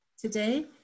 today